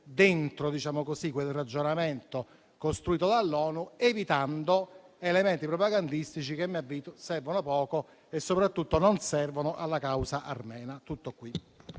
dentro quel ragionamento costruito dall'ONU, evitando elementi propagandistici che, a mio avviso, servono poco e soprattutto non servono alla causa armena.